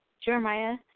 Jeremiah